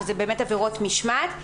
שאלה באמת עבירות משמעת.